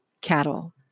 cattle